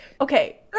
okay